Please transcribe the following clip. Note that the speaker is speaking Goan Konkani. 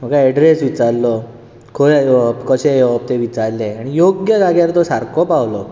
एड्रेस विचारलो खंय येवप कशें येवप तें विचारलें आनी योग्य जाग्यार तो सारको पावलो